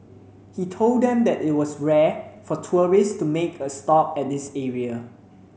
he told them that it was rare for tourists to make a stop at this area